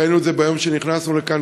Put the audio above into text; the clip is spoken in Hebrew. ראינו את זה ביום שנכנסנו לכאן,